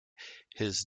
his